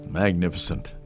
magnificent